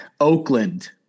Oakland